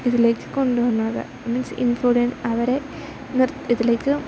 ഇതിലേക്ക് കൊണ്ടുവന്നത് മീൻസ് ഇൻഫോഡൻ അവരെ ഇതിലേക്ക്